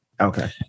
Okay